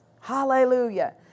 Hallelujah